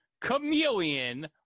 Chameleon